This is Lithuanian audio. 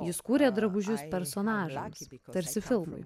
jis kūrė drabužius personažams tarsi filmui